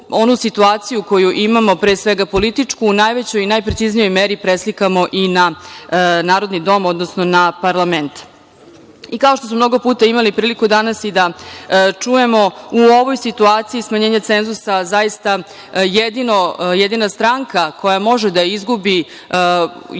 situaciju koju imamo, pre svega političku, u najvećoj i najpreciznijoj meri preslikamo i na narodni dom, odnosno na parlament. Kao što smo mnogo imali priliku danas i da čujemo, u ovoj situaciji smanjenja cenzusa jedina stranka koja može da izgubi jeste